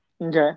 Okay